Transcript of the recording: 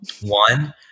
One